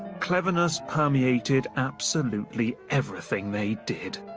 cleverness permeated absolutely everything they did